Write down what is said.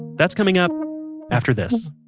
that's coming up after this